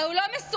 אבל הוא לא מסוגל,